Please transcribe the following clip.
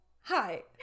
hi